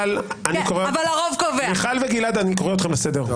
מיכל וגלעד, אני קורא אתכם לסדר.